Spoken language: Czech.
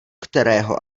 kterého